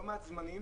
לא מעט זמנים,